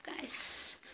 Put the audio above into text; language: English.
guys